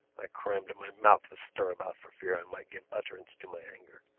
i crammed my mouth with stirabout for fear i might give utterance to my anger.